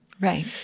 Right